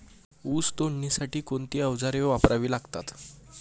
ऊस तोडणीसाठी कोणती अवजारे वापरावी लागतात?